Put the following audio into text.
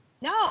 No